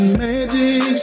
magic